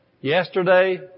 yesterday